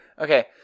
okay